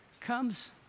comes